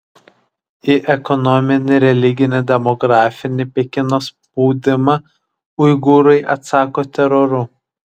į ekonominį religinį demografinį pekino spaudimą uigūrai atsako teroru